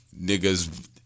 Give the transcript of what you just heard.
niggas